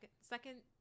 second